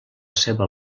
seva